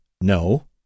No